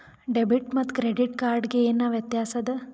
Debit ಮತ್ತ credit card ಗೆ ಏನ ವ್ಯತ್ಯಾಸ ಆದ?